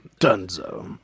Donezo